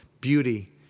beauty